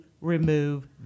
remove